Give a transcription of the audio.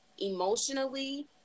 emotionally